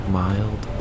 mild